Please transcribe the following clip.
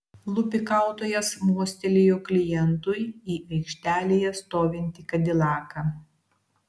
lupikautojas mostelėjo klientui į aikštelėje stovintį kadilaką